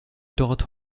dort